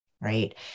right